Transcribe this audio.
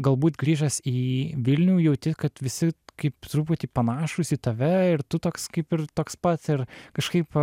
galbūt grįžęs į vilnių jauti kad visi kaip truputį panašūs į tave ir tu toks kaip ir toks pat ir kažkaip